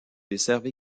desservent